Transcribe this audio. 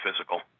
physical